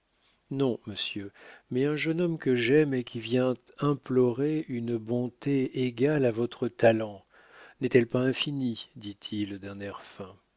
non monsieur mais un jeune homme que j'aime et qui vient implorer une bonté égale à votre talent n'est-elle pas infinie dit-il d'un air fin